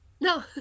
No